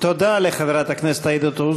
תודה רבה לחברת הכנסת עאידה תומא